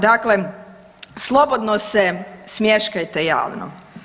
Dakle, slobodno se smješkajte javno.